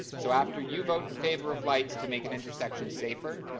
so after you vote in favor of lights to make an intersection safer,